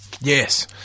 Yes